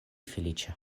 feliĉa